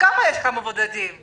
מה מספר המבודדים שיש לכם?